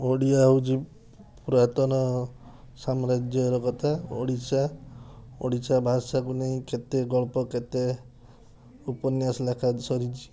ଓଡ଼ିଆ ହେଉଛି ପୁରାତନ ସାମ୍ରାଜ୍ୟ ର କଥା ଓଡ଼ିଶା ଓଡ଼ିଶା ଭାଷା କୁ ନେଇ କେତେ ଗଳ୍ପ କେତେ ଉପନ୍ୟାସ ଲେଖା ସରିଛି